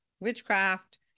witchcraft